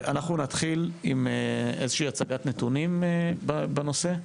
נתחיל עם הצגת נתונים בנושא.